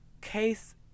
case